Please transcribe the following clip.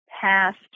past